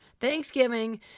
Thanksgiving